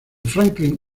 franklin